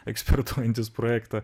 ekspertuojantys projektą